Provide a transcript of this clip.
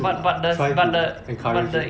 but but the but the but the